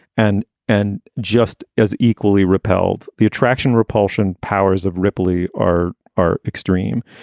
and and just as equally repelled, the attraction, repulsion powers of ripley are are extreme.